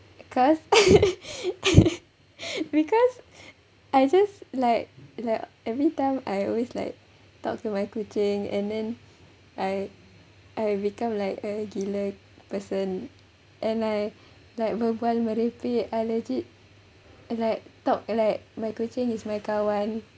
cause because I just like like every time I always like talk to my kucing and then I I become like a gila person and I like berbual merepek I legit like talk like my kucing is my kawan